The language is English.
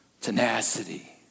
tenacity